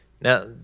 Now